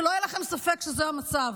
שלא יהיה לכם ספק שזה המצב,